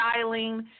styling